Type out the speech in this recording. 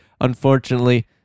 unfortunately